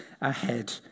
ahead